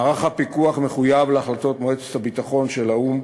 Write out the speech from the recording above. מערך הפיקוח מחויב להחלטות מועצת הביטחון של האו"ם.